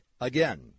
Again